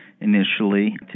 initially